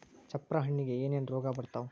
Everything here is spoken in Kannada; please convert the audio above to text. ಚಪ್ರ ಹಣ್ಣಿಗೆ ಏನೇನ್ ರೋಗ ಬರ್ತಾವ?